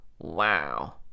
Wow